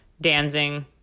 Dancing